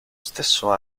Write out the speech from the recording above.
stesso